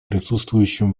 присутствующим